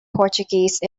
portuguese